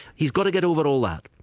he's got to get over all that,